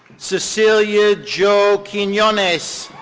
cecilia jo quinonez.